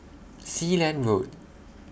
Sealand Road